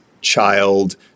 child